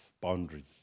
boundaries